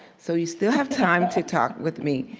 so you still have time to talk with me,